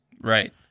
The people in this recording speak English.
Right